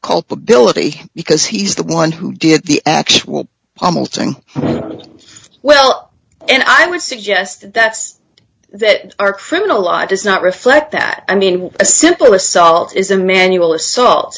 culpability because he's the one who did the actual thing well and i would suggest that that our criminal law does not reflect that i mean a simple assault is a manual assault